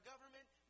government